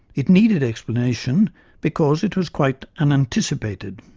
it needed explanation because it was quite unanticipated.